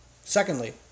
Secondly